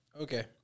Okay